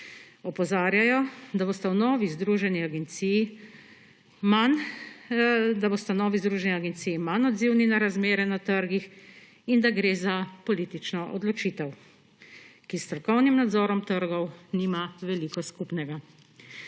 Opozarjajo, da bosta novi združeni agenciji manj odzivni na razmere na trgih in da gre za politično odločitev, ki s strokovnim nadzorom trgov nima veliko skupnega.